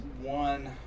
one